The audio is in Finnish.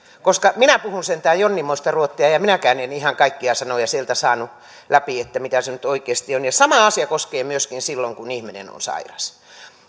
koska minä puhun sentään jonninmoista ruottia ja ja minäkään en ihan kaikkia sanoja sieltä saanut läpi että mitä ne nyt oikeasti ovat ja sama asia koskee myöskin silloin kun ihminen on sairas